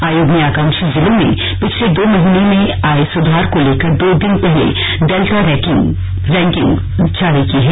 आयोग ने आकांक्षी जिलों में पिछले दो महीने में आए सुधार को लेकर दो दिन पहले डेल्टा रैंकिंग जारी की है